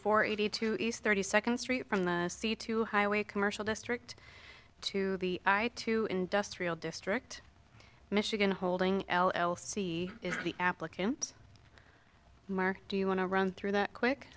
for eighty two east thirty second street from the sea to highway commercial district to the right to industrial district michigan holding l l c is the applicant mark do you want to run through that quick